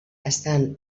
estan